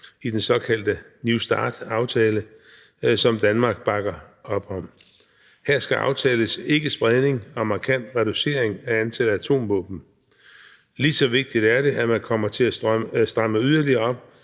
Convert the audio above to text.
i den såkaldte New START-aftale, som Danmark bakker op om. Her skal aftales ikkespredning og markant reducering af antallet af atomvåben. Lige så vigtigt er det, at man kommer til at stramme yderligere op